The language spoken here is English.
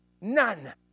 None